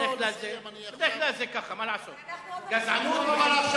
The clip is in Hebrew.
אני לא ראיתי את ערביי ישראל, תורמים למדינה.